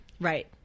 Right